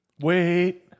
Wait